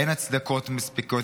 אין הצדקות מספיקות,